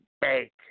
bank